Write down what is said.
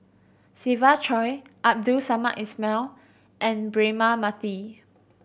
Siva Choy Abdul Samad Ismail and Braema Mathi